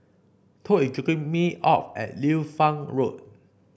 Tod is dropping me off at Liu Fang Road